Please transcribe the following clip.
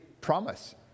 promise